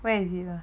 where is it lah